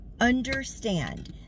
understand